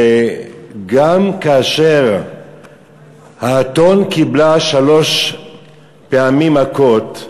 וגם כאשר האתון קיבלה שלוש פעמים מכות,